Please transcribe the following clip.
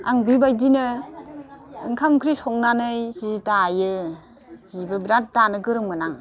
आं बेबायदिनो ओंखाम ओंख्रि संनानै सि दायो सिबो बिराद दानो गोरोंमोन आं